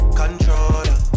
controller